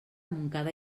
montcada